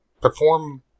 perform